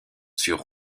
sur